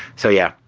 so, yeah,